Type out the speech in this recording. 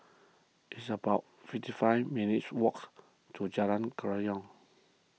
it's about fifty five minutes' walks to Jalan Kerayong